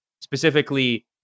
specifically